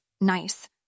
nice